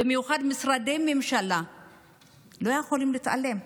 ומשרדי הממשלה במיוחד לא יכולים להתעלם.